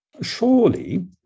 Surely